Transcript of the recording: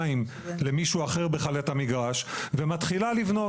למישהו אחר בכלל את המגרש ומתחילה לבנות.